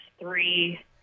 three